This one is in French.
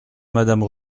madame